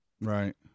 right